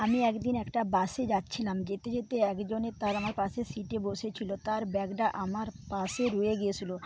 আমি একদিন একটা বাসে যাচ্ছিলাম যেতে যেতে একজনের তার আমার পাশের সিটে বসে ছিল তার ব্যাগটা আমার পাশে রয়ে গেছিল